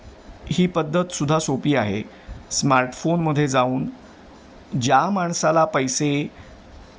ही पद्धतसुद्धा सोपी आहे स्मार्टफोनमध्ये जाऊन ज्या माणसाला पैसे